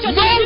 no